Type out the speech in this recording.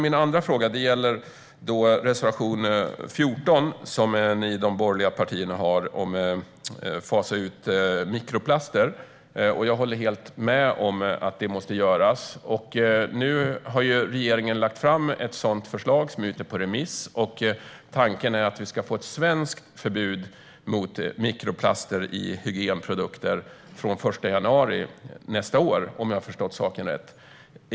Min andra fråga gäller reservation 14 från de borgerliga partierna om att fasa ut mikroplaster. Jag håller helt med om att det måste göras. Nu har regeringen lagt fram ett sådant förslag som är ute på remiss. Tanken är att vi ska få ett svenskt förbud mot mikroplaster i hygienprodukter från och med den 1 januari nästa år, om jag har förstått saken rätt.